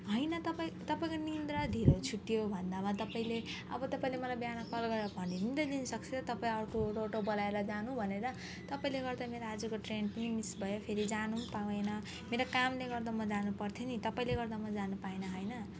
होइन तपाईँ तपाईँको निद्रा ढिलो छुट्यो भन्दामा तपाईँले अब तपाईँले मलाई बिहान कल गरेर भनी पनि त दिनसक्थ्यो तपाईँ अर्को अटो बोलाएर जानु भनेर तपाईँले गर्दा मेरो आजको ट्रेन पनि मिस भयो फेरि जान पनि पाइनँ मेरो कामले गर्दा म जानुपर्थ्यो नि तपाईँले गर्दा म जान पाइनँ होइन